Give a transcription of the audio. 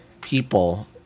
people